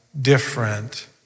different